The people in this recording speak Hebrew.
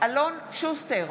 אלון שוסטר,